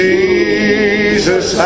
Jesus